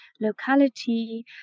locality